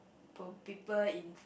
put people in